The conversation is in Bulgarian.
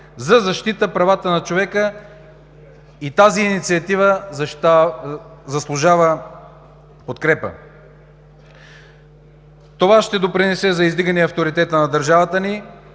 за защита правата на човека и тази инициатива заслужава подкрепа. Това ще допринесе за издигане авторитета на държавата ни